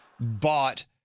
bought